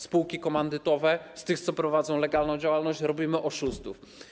Spółki komandytowe - z tych, co prowadzą legalną działalność, robimy oszustów.